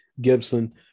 Gibson